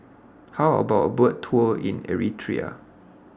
How about A Boat Tour in Eritrea